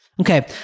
Okay